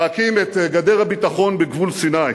להקים את גדר הביטחון בגבול סיני.